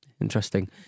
interesting